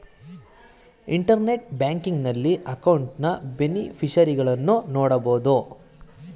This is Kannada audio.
ಇಂಟರ್ನೆಟ್ ಬ್ಯಾಂಕಿಂಗ್ ನಲ್ಲಿ ಅಕೌಂಟ್ನ ಬೇನಿಫಿಷರಿಗಳನ್ನು ನೋಡಬೋದು